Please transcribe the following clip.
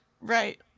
Right